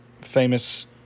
famous